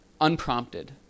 unprompted